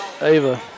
Ava